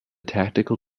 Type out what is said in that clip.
tactical